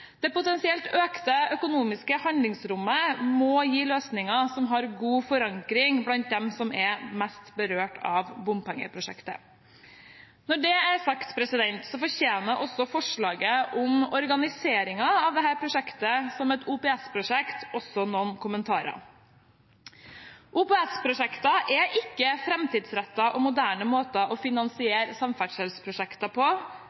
Det potensielt økte økonomiske handlingsrommet må gi løsninger som har god forankring blant dem som er mest berørt av bompengeprosjektet. Når det er sagt, fortjener også forslaget om organiseringen av dette prosjektet som et OPS-prosjekt noen kommentarer. OPS-prosjekter er ikke en framtidsrettet og moderne måte å finansiere samferdselsprosjekter på